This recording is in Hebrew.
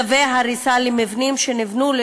צווי הריסה למבנים שנבנו,